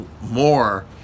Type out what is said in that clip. more